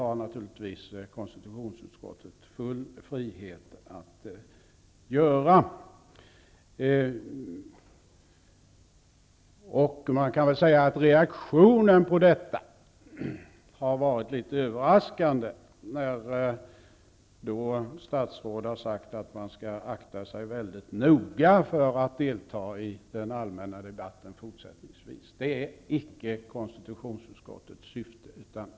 Det har konstitutionsutskottet naturligtvis full frihet att göra. Reaktionen på detta har varit litet överraskande, då statsråd har sagt att man skall akta sig väldigt noga för att fortsättningsvis delta i den allmänna debatten. Detta är icke konstitutionsutskottets syfte.